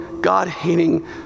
God-hating